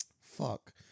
Fuck